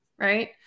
Right